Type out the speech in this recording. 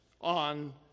on